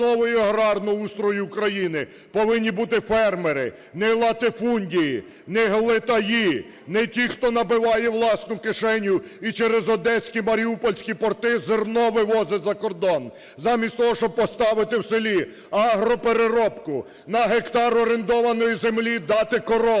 основою аграрного устрою України повинні бути фермери, не латифундії, не глитаї, не ті, хто набиває власну кишеню і через одеські, маріупольські порти зерно вивозить за кордон замість того, щоб поставити в селі агропереробку, на гектар орендованої землі дати корову,